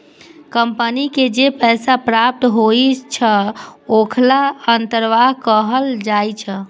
company के जे पैसा प्राप्त होइ छै, ओखरा अंतर्वाह कहल जाइ छै